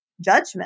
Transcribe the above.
judgment